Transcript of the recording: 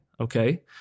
okay